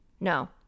No